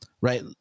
Right